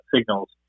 signals